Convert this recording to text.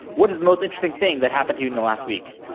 what is the most interesting thing that happened to you in the last week?